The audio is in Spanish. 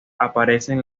aparecen